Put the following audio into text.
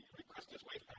request this wave